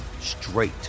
straight